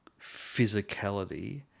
physicality